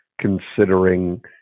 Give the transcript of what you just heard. considering